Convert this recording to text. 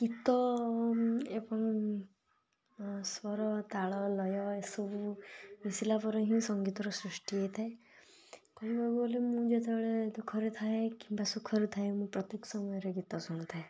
ଗୀତ ଏବଂ ସ୍ୱର ତାଳ ଲୟ ଏସବୁ ମିଶିଲା ପରେ ହିଁ ସଙ୍ଗୀତର ସୃଷ୍ଟି ହେଇଥାଏ କହିବାକୁ ଗଲେ ମୁଁ ଯେତେବେଳେ ଦୁଃଖରେ ଥାଏ କିମ୍ବା ସୁଖରେ ଥାଏ ମୁଁ ପ୍ରତ୍ୟେକ ସମୟରେ ଗୀତ ଶୁଣୁଥାଏ